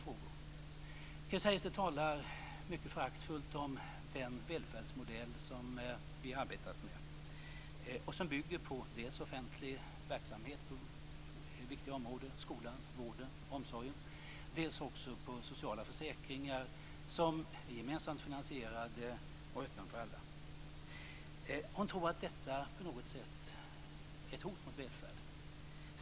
Chris Heister talar mycket föraktfullt om den välfärdsmodell som vi har arbetat med och som bygger på dels offentlig verksamhet på viktiga områden - skolan, vården, omsorgen - dels på sociala försäkringar som är gemensamt finansierade och öppna för alla. Hon tror att detta på något sätt är ett hot mot välfärden.